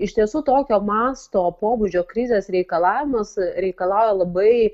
iš tiesų tokio masto pobūdžio krizės reikalavimus reikalauja labai